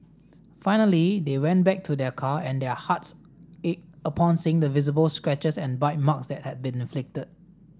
finally they went back to their car and their hearts ached upon seeing the visible scratches and bite marks that had been inflicted